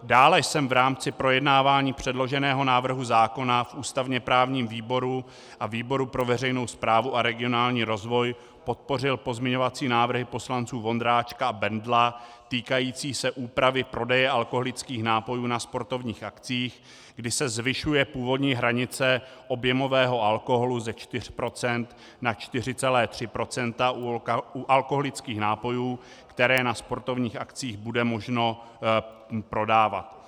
Dále jsem v rámci projednávání předloženého návrhu zákona v ústavněprávním výboru a výboru pro veřejnou správu a regionální rozvoj podpořil pozměňovací návrhy poslanců Vondráčka a Bendla týkající se úpravy prodeje alkoholických nápojů na sportovních akcích, kdy se zvyšuje původní hranice objemového alkoholu ze 4 % na 4,3 % u alkoholických nápojů, které na sportovních akcích bude možno prodávat.